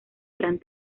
gran